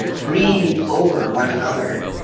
grieve over one another.